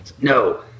No